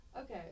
Okay